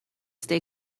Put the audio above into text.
stay